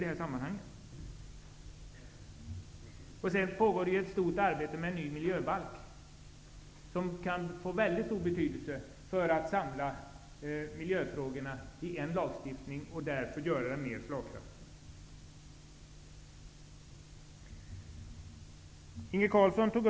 Dessutom pågår det ett omfattande arbete på en ny miljöbalk, som kan få väldigt stor betydelse just när det gäller att samla miljöfrågorna i en enda, och slagkraftigare, lagstiftning.